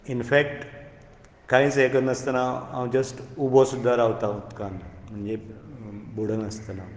in fact कांयच ये कर नासतना हांव जस्ट उबो सुद्दां रावतां उदकान म्हणजे बुडनासतना